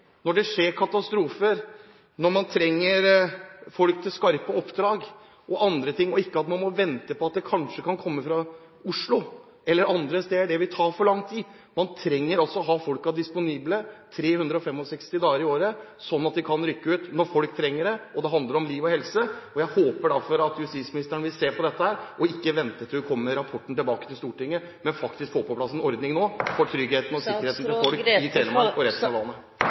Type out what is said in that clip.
når det skjer katastrofer, når man trenger folk til skarpe oppdrag og andre ting, og ikke måtte vente på at de kanskje kommer fra Oslo eller andre steder. Det vil ta for lang tid. Man trenger å ha folk disponible 365 dager i året, sånn at de kan rykke ut når man trenger det, og det handler om liv og helse. Jeg håper derfor at justisministeren vil se på dette og få på plass en ordning nå, og ikke vente til hun kommer tilbake til Stortinget med rapporten – for tryggheten og sikkerheten til folk i Telemark og resten av